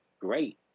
great